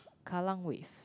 Kallang Wave